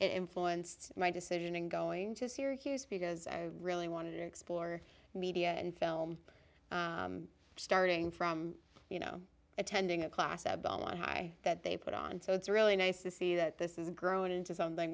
influenced my decision in going to syracuse because i really wanted to explore media and film starting from you know attending a class at dollar high that they put on so it's really nice to see that this is grown into something